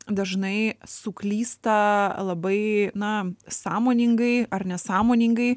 dažnai suklysta labai na sąmoningai ar nesąmoningai